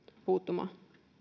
puuttumaan